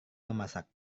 memasak